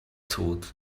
thought